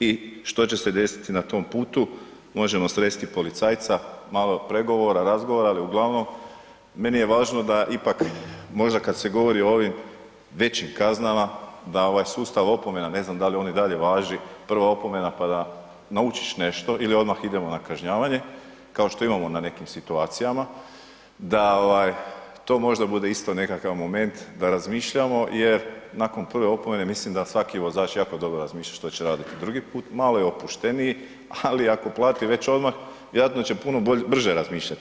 I što će se desiti na tom putu, možemo sresti policajca, malo pregovora, razgovora ali uglavnom, meni je važno da ipak, možda kada se govori o ovim većim kaznama da ovaj sustav opomena, ne znam da li on i dalje važi, prva opomena pa da naučiš nešto ili odmah idemo na kažnjavanje kao što imamo na nekim situacijama da to možda bude isto nekakav moment da razmišljamo jer nakon prve opomene mislim da svaki vozač jako dobro razmišlja što će raditi drugi put, malo je opušteniji ali ako plati već odmah vjerojatno će puno brže razmišljati.